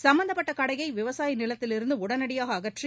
சம்பந்தப்பட்ட கடையை விவசாய நிலத்திலிருந்து உடனடியாக அகற்றி